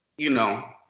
you know,